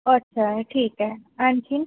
अच्छा ठीक आहे आणखी